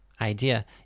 idea